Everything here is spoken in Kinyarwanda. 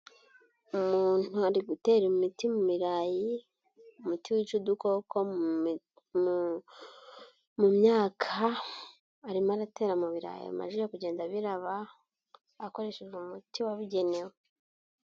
Umuntu ari gutera imiti mu birayi umuti wica udukoko mu myaka, arimo aratera mu birayi amajije kugenda abiraba akoresheje umuti wabigenewe.